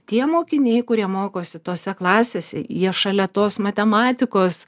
tie mokiniai kurie mokosi tose klasėse jie šalia tos matematikos